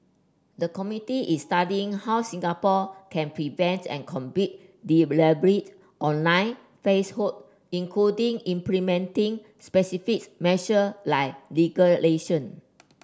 the committee is studying how Singapore can prevent and combat deliberate online falsehood including implementing specifics measure like legal